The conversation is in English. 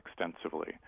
extensively